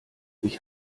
ich